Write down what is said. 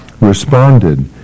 responded